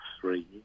three